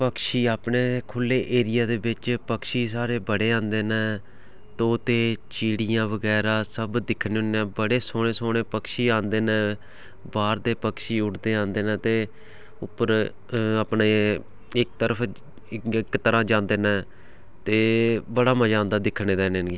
पक्षी अपने खुल्ले एरिये दे बिच्च पक्षी स्हाड़े बड़े आंदे न तोते चिड़ियां बगैरा सब दिक्खने हुन्ने आं बड़े सौह्ने सौह्ने पक्षी आंदे न बाह्र दे पक्षी उड्डदे आंदे न ते उप्पर अपने इक तरफ इक तरह जांदे न ते बड़ा मजा आंदा दिक्खने दा इ'नेंगी